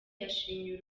yashimiwe